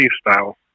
style